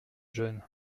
jeune